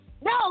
no